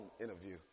interview